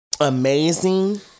Amazing